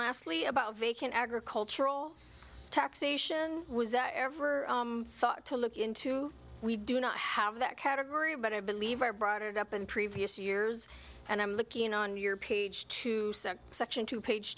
lastly about vacant agricultural taxation was that ever thought to look into we do not have that category but i believe i brought it up in previous years and i'm looking on your page two section two page